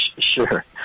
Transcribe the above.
Sure